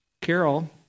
Carol